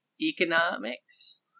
economics